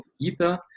Ether